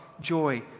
joy